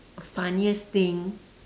funniest thing